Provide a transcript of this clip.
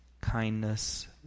kindness